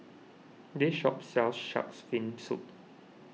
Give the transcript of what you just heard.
this shop sells Shark's Fin Soup